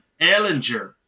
Ellinger